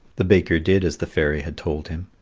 the baker did as the fairy had told him,